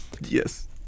Yes